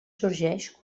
sorgeix